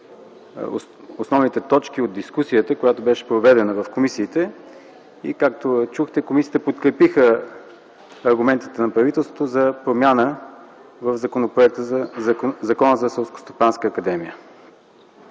основните точки от дискусията, проведена в комисиите. Както чухте, комисиите подкрепиха аргументите на правителството за промяна в Закона за Селскостопанската академия.